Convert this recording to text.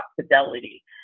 Fidelity